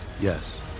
Yes